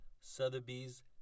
Sotheby's